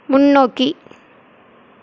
முன்னோக்கி